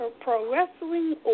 pro-wrestling